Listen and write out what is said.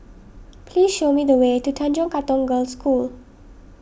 please show me the way to Tanjong Katong Girls' School